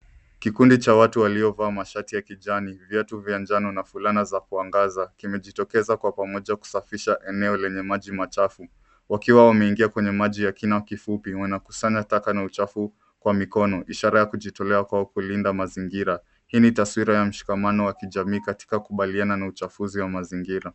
Kikundi Cha watu waliovaa mashati ya kijani ,viatu vya njano na fulana za kuangaza, kimejitokeza kwa pamoja kusafisha eneo lenye maji machafu. Wakiwa wameingia kwenye maji ya kina kifupi, wanakusanya taka na uchafu kwa mikono, ishara ya kujitolea kwao kulianda mazingira. Hii ni taswira ya mshikamano wa kijamii katika kukubaliana na uchafuzi mazingira .